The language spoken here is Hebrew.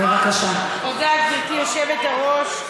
תודה, גברתי היושבת-ראש.